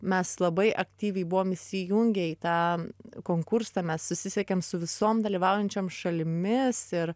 mes labai aktyviai buvom įsijungę į tą konkursą mes susisiekėm su visom dalyvaujančiom šalimis ir